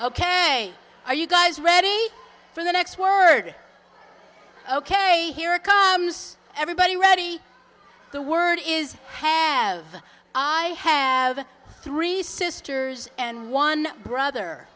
ok are you guys ready for the next word ok here comes everybody ready the word is have i have three sisters and one brother